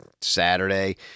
Saturday